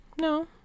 No